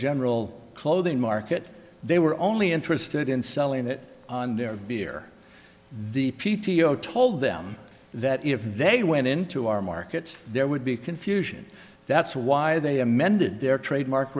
general clothing market they were only interested in selling it on their beer the p t o told them that if they went into our markets there would be confusion that's why they amended their trademark